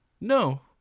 No